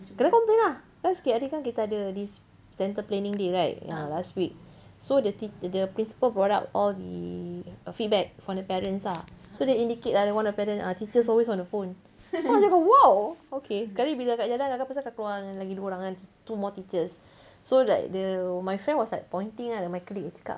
kena complaint lah kan sikit hari kan kita ada this centre planning day right ah last week so the teac~ the principal brought up all the feedback from the parents ah so dia indicate ada one of the parents ah teachers always on the phone terus kakak cakap !wow! okay sekali bila kakak jalan kakak pasal kakak keluar dengan lagi dua orang kan tea~ two more teachers so like the my friend was like pointing ah at my colleague dia cakap